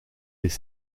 des